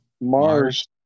Mars